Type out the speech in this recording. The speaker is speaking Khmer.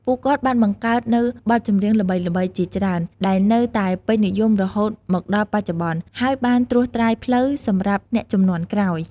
ពួកគាត់បានបង្កើតនូវបទចម្រៀងល្បីៗជាច្រើន ដែលនៅតែពេញនិយមរហូតមកដល់បច្ចុប្បន្ន ហើយបានត្រួសត្រាយផ្លូវសម្រាប់អ្នកជំនាន់ក្រោយ។